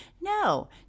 no